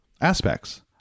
aspects